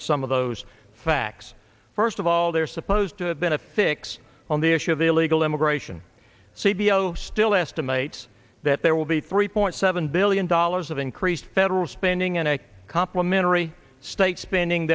at some of those facts first of all they're supposed to have been a fix on the issue of illegal immigration c b l still estimates that there will be three point seven billion dollars of increased federal spending in a complimentary state spending